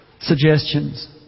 suggestions